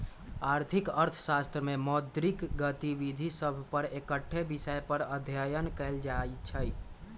आर्थिक अर्थशास्त्र में मौद्रिक गतिविधि सभ पर एकटक्केँ विषय पर अध्ययन कएल जाइ छइ